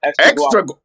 extra